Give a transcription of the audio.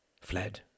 fled